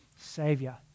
Savior